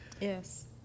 Yes